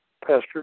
Pastor